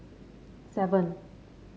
seven